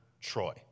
Troy